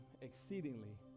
exceedingly